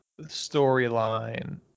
storyline